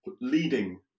leading